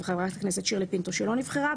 וחברת הכנסת שירלי פינטו שלא נבחרה.